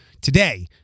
Today